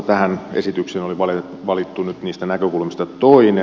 tähän esitykseen oli valittu nyt niistä näkökulmista toinen